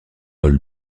paul